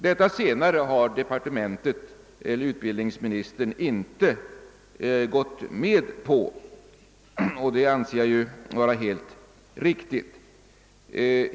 Detta senare har utbildningsministern inte gått med på, och det anser jag vara helt riktigt.